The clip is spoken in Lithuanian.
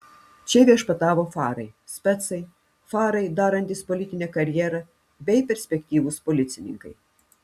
čia viešpatavo farai specai farai darantys politinę karjerą bei perspektyvūs policininkai